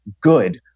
good